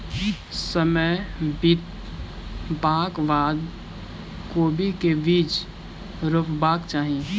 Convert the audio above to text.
समय बितबाक बाद कोबी केँ के बीज रोपबाक चाहि?